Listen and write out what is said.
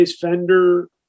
Fender